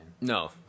No